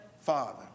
father